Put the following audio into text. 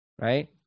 right